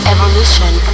Evolution